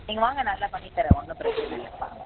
நீங்கள் வாங்க நல்லா பண்ணித்தரோம் ஒன்றும் பிரச்சின இல்லை வாங்க